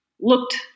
looked